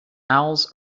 owls